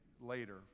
later